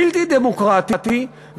בלתי דמוקרטי,